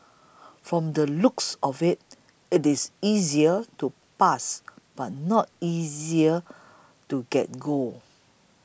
from the looks of it it is easier to pass but not easier to get gold